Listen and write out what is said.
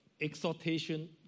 Exhortation